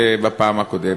בפעם הקודמת.